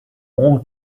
all